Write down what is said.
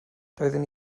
doeddwn